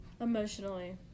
Emotionally